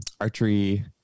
archery